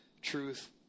Truth